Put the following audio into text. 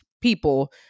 People